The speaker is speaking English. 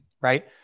right